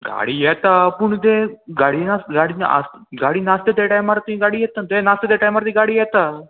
गाडी येता पूण ते गाडी ना गाडी गाडी आस नासता ते टायमार ती गाडी येता ते नासता त्या टायमार ती गाडी येता